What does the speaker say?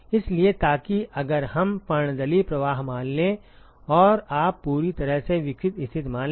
इसलिए ताकि अगर हम पर्णदलीय प्रवाह मान लें और आप पूरी तरह से विकसित स्थिति मान लें